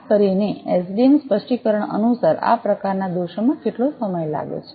ખાસ કરીને એસડીએમ સ્પષ્ટીકરણ અનુસાર આ પ્રકારના દોષમાં કેટલો સમય લાગે છે